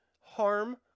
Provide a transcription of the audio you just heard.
harm